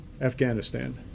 Afghanistan